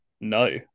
No